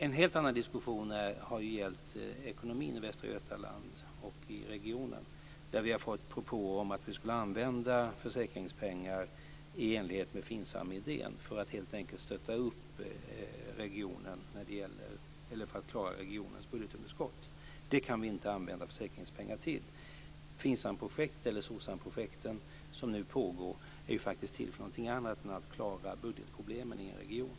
En helt annan diskussion har gällt ekonomin i Västra Götaland och i regionen där vi har fått propåer om att använda försäkringspengar i enlighet med FINSAM-idén - helt enkelt för att klara regionens budgetunderskott men det kan vi inte använda försäkringspengar till. De FINSAM eller SOCSAM-projekt som nu pågår är faktiskt till för något annat än för att klara budgetproblemen i en region.